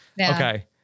Okay